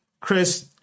Chris